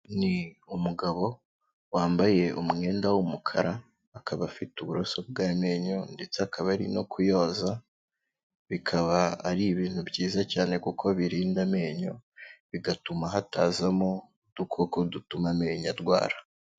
Ni umugabo wambaye umwenda w'umukara, akaba afite uburoso bw'amenyo ndetse akaba ari no kuyoza, bikaba ari ibintu byiza cyane, kuko birinda amenyo bigatuma hatazamo udukoko dutuma arwara.